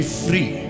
free